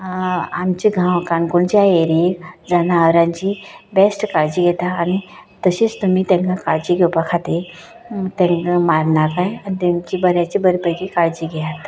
आमच्या गांवांक काणकोणच्या ऐरयेक जनावरांची बेस्ट काळजी घेतात आनी तशींच तुमी ताका काळजी घेवपा खातीर ताका मारनाका आनी ताची बऱ्याच्या बऱ्या पैकी काळजी घेयात